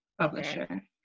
publisher